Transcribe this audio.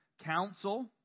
council